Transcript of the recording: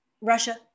Russia